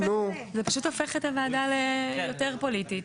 זה פשוט הופך את הוועדה ליותר פוליטית,